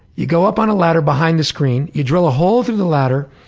you go up on a ladder behind the screen, you drill a hole through the ladder,